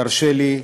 תרשה לי,